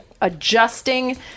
adjusting